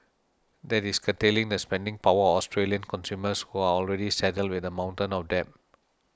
that is curtailing the spending power of Australian consumers who are already saddled with a mountain of debt